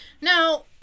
Now